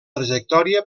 trajectòria